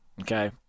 okay